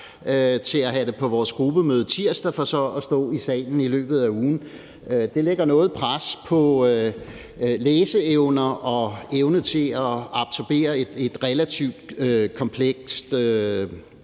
til at have på ved vores gruppemøde tirsdag for så at stå i salen i løbet af ugen, lægger noget pres på læseevner og evnen til at absorbere et relativt komplekst